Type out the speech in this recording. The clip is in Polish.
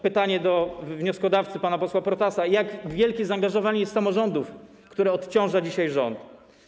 Pytanie do wnioskodawcy, pana posła Protasa: jak wielkie jest zaangażowanie samorządów, które odciąża dzisiaj rząd?